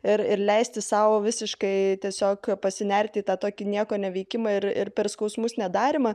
ir ir leisti sau visiškai tiesiog pasinerti į tą tokį nieko neveikimą ir ir per skausmus nedarymą